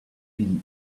been